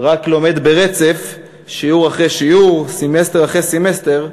רק לומד ברצף שיעור אחרי שיעור, סמסטר אחרי סמסטר,